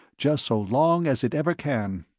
just so long as it ever can.